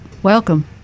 welcome